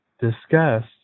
discussed